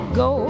go